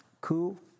coup